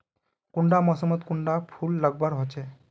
कुंडा मोसमोत कुंडा फुल लगवार होछै?